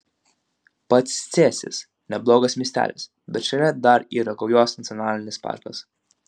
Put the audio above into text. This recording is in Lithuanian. pats cėsis neblogas miestelis bet šalia dar yra gaujos nacionalinis parkas